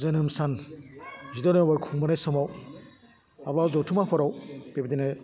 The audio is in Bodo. जोनोम सान जिद' नभेम्बर खुंबोनाय समाव माब्लाबा जथुम्माफोराव बेबायदिनो